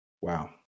Wow